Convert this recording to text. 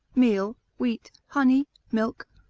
meal, wheat, honey, milk,